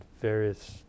various